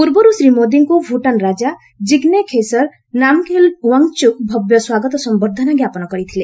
ପୂର୍ବରୁ ଶ୍ରୀ ମୋଦିଙ୍କୁ ଭୁଟାନ୍ ରାଜା ଜିଗ୍ମେ ଖେସର ନାମ୍ଗ୍ୟେଲ୍ ଓ୍ୱାଙ୍ଗ୍ଚୁକ୍ ଭବ୍ୟ ସ୍ୱାଗତ ସମ୍ଭର୍ଦ୍ଧନା ଜ୍ଞାପନ କରିଥିଲେ